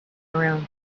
around